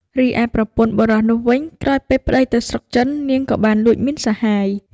រីឯប្រពន្ធរបស់បុរសនោះវិញ ក្រោយពេលប្ដីទៅស្រុកចិន នាងក៏បានលួចមានសហាយ។